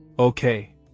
Okay